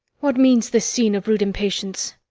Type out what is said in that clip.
what means this scene of rude impatience?